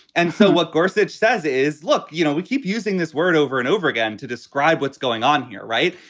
and so what gorsuch says is, look, you know, we keep using this word over and over again to describe what's going on here. right.